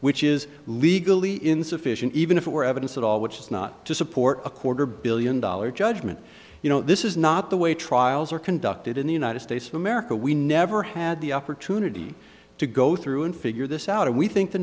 which is legally insufficient even if it were evidence at all which is not to support a quarter billion dollars judgment you know this is not the way trials are conducted in the united states of america we never had the opportunity to go through and figure this out and we think the